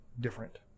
different